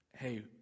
hey